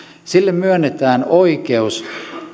sille myönnetään oikeus